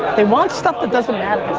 they want stuff that doesn't matter.